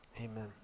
amen